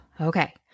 Okay